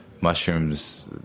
Mushrooms